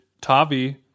Tavi